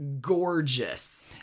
gorgeous